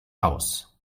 aus